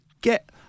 get